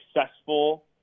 successful